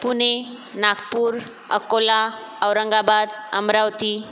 Pune Nagpur Akola Aurangabad Amravati